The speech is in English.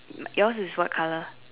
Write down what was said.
yours is what colour